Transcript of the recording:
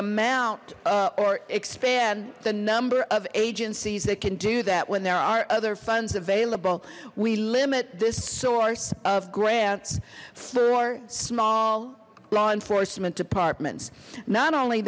amount or expand the number of agencies that can do that when there are other funds available we limit this source of grants for small law enforcement departments not only